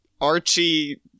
Archie-